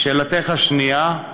לשאלתך השנייה,